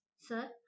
Sir